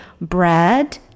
Bread